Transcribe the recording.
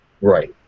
Right